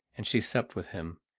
and she supped with him,